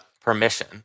permission